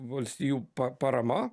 valstijų pa parama